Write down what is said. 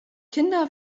kinder